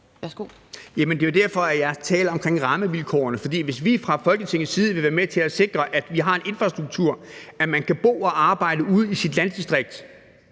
Det er jo derfor, jeg taler om rammevilkårene, for hvis vi fra Folketingets side vil være med til at sikre, at vi har en infrastruktur, at man kan bo og arbejde ude i sit landdistrikt,